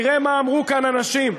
תראה מה אמרו כאן אנשים,